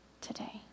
today